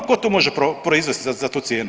Tko tu može proizvesti za tu cijenu?